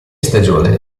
stagione